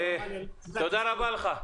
תודה רבה לך.